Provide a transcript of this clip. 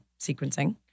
sequencing